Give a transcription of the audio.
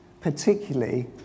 particularly